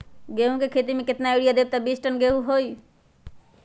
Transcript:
गेंहू क खेती म केतना यूरिया देब त बिस टन गेहूं होई?